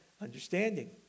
understanding